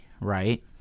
right